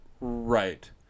Right